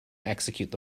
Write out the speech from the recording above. execute